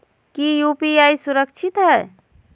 की यू.पी.आई सुरक्षित है?